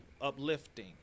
uplifting